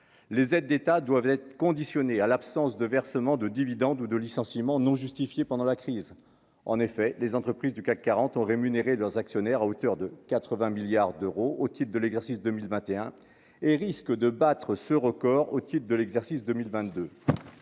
les aides d'État doivent être conditionné à l'absence de versement de dividendes ou de licenciement non justifié pendant la crise, en effet, les entreprises du CAC 40 ont rémunérer leurs actionnaires à hauteur de 80 milliards d'euros au titre de l'exercice 2021 et risque de battre ce record au titre de l'exercice 2022,